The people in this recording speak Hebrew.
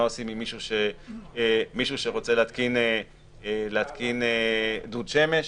מה עושים עם מישהו שרוצה להתקין דוד שמש